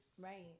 Right